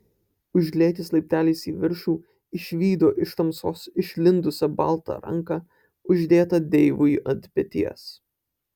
užlėkęs laipteliais į viršų išvydo iš tamsos išlindusią baltą ranką uždėtą deivui ant peties